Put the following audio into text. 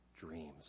dreams